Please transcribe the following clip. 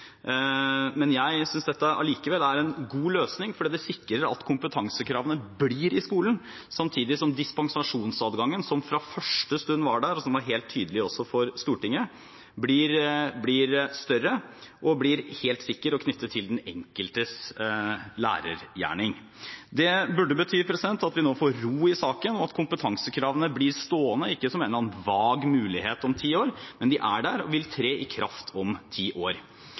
Jeg synes dette allikevel er en god løsning, fordi det sikrer at kompetansekravene blir i skolen, samtidig som dispensasjonsadgangen, som fra første stund var der, og som var helt tydelig også for Stortinget, blir større, blir helt sikker og knyttet til den enkeltes lærergjerning. Det burde bety at vi nå får ro i saken, og at kompetansekravene blir stående, ikke som en eller annen vag mulighet om ti år, men de er der og vil tre i kraft om ti år.